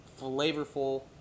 flavorful